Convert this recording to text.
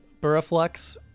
Buraflux